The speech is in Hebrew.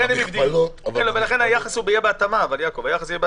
ולכן הם הגדילו.